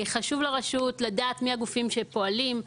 חשוב לרשות לדעת מיהם הגופים שפועלים.